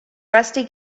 rusty